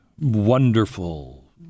wonderful